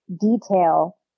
detail